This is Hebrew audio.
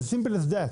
As simple as that.